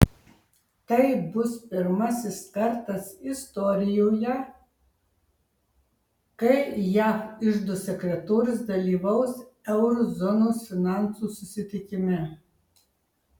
tai bus pirmasis kartas istorijoje kai jav iždo sekretorius dalyvaus euro zonos finansų susitikime